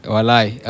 Walai